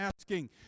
asking